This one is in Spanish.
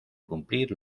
cumplir